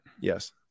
Yes